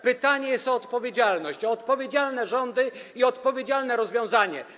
Pytanie jest o odpowiedzialność, o odpowiedzialne rządy i odpowiedzialne rozwiązanie.